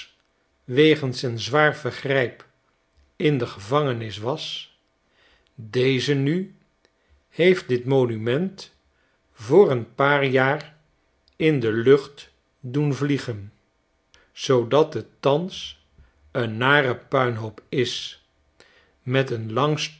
wegens een zwaar vergrijp in de gevangenis was deze nu heeft dit monument voor een paar jaar in de lucht doen vliegen zoodat het thans een nare puinhoop is met een lang